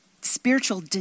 spiritual